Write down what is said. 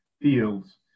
fields